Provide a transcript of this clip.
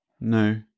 No